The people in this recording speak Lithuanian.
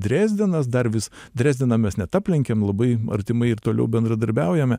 drezdenas dar vis drezdeną mes net aplenkėm labai artimai ir toliau bendradarbiaujame